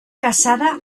casada